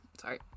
sorry